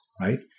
right